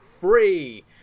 free